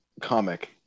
comic